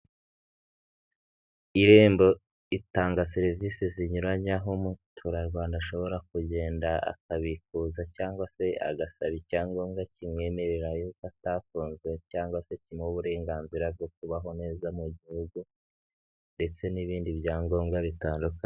Irembo itanga serivisi zinyuranye, aho Umuturarwanda ashobora kugenda akabikuza cyangwa se agasaba icyangombwa kimwemerera yuko atafunzwe cyangwa se kimuha uburenganzira bwo kubaho neza mu gihugu ndetse n'ibindi byangombwa bitandukanye.